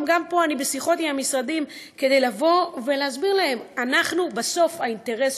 גם פה אני בשיחות עם המשרדים כדי להסביר להם: בסוף האינטרס